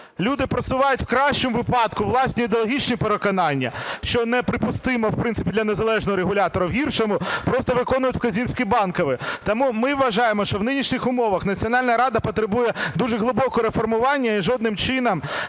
Люди просувають в кращому випадку власні ідеологічні переконання, що неприпустимо в принципі для незалежного регулятора, в гіршому – просто виконують вказівки Банкової. Тому ми вважаємо, що в нинішніх умовах Національна рада потребує дуже глибокого реформування і жодним чином